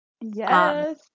Yes